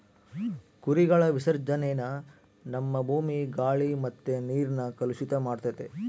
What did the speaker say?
ಕುರಿಗಳ ವಿಸರ್ಜನೇನ ನಮ್ಮ ಭೂಮಿ, ಗಾಳಿ ಮತ್ತೆ ನೀರ್ನ ಕಲುಷಿತ ಮಾಡ್ತತೆ